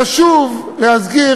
חשוב להזכיר,